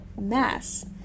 mass